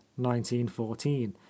1914